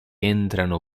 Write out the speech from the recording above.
entrano